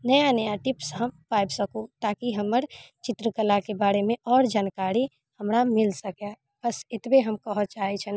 नया नया टिप्स हम पाबि सकू ताकि हमर चित्रकलाके बारेमे आओर जानकारी हमरा मिल सके बस एतबे हम कहऽ चाहय छलहुँ